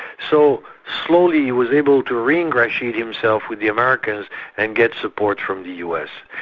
so slowly he was able to reingratiate himself with the americans and get support from the u. s.